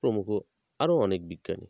প্রমুখ আরও অনেক বিজ্ঞানী